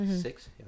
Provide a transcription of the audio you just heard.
six